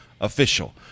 official